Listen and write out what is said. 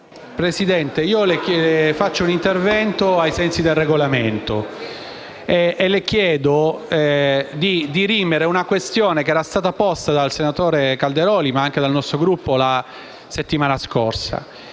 Presidente, intervengo per un richiamo al Regolamento e le chiedo di dirimere una questione che era stata posta dal senatore Calderoli, ma anche dal nostro Gruppo, la settimana scorsa.